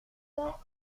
pas